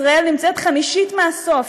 ישראל נמצאת חמישית מהסוף,